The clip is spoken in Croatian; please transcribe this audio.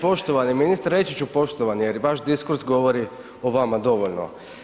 Poštovani ministre, reći ću poštovani jer vaš diskurs govori o vama dovoljno.